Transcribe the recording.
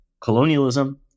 colonialism